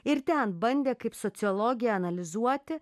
ir ten bandė kaip sociologė analizuoti